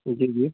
جی جی